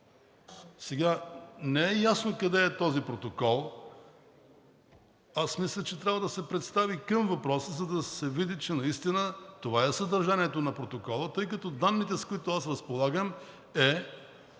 Не е ясно къде е този протокол. Аз мисля, че трябва да се представи към въпроса, за да се види, че наистина това е съдържанието на протокола, тъй като данните, с които аз разполагам, са,